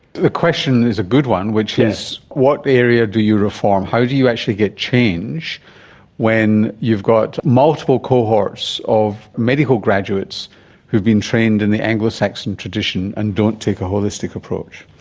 the question is a good one, which is what area do you reform, how do you actually get change when you've got multiple cohorts of medical graduates who've been trained in the anglo-saxon tradition and don't take a holistic approach.